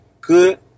good